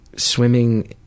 swimming